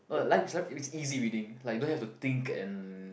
oh light it's is easy reading like don't have to think and